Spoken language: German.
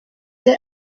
der